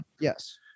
Yes